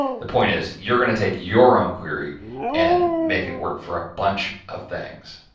the point is you're going to take your own query and make it work for a bunch of things.